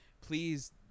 please